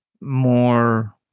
more